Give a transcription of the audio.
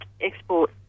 export